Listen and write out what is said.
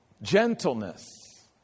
gentleness